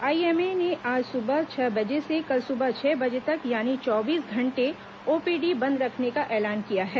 IMA ने आज सुबह छह बजे से कल सुबह छह बजे तक यानी चौबीस घंटे ओपीडी बंद रखने का ऐलान किया है